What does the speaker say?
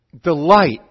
delight